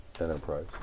Enterprise